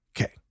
Okay